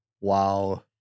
Wow